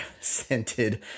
scented